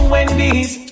Wendy's